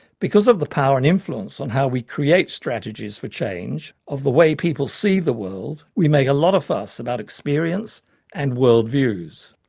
because of the power and influence on how we create strategies for change of the way people see the world we make a lot of fuss about experience and world views.